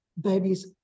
babies